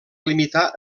limitar